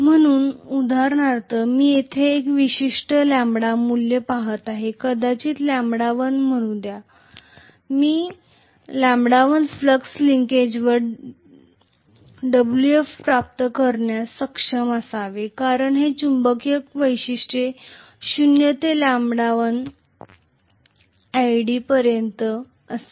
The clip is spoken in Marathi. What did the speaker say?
म्हणून उदाहरणार्थ मी येथे एक विशिष्ट λ मूल्य पहात आहे कदाचित हे λ1 म्हणू द्या मी λ1 फ्लक्स लिंकेजवर wf प्राप्त करण्यास सक्षम असावे कारण हे चुंबकीय वैशिष्ट्य शून्य ते λ1 idλ पर्यंत असेल